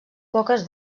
poques